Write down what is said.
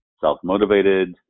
self-motivated